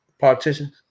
politicians